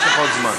יש לך עוד זמן.